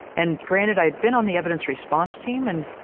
and granted, i had been on the evidence response team and,